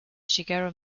shigeru